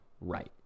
right